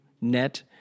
NET